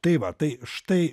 tai va tai štai